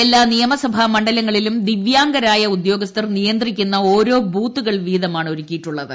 എല്ലാ ത്രിയമ്സഭാ മണ്ഡലങ്ങളിലും ദിവ്യാംഗരായ ഉദ്യോഗസ്ഥർ നിയന്ത്രിക്കുന്ന ഓരോ ബൂത്തുകൾ വീതമാണ് ഒരുക്കിയിട്ടുള്ളത്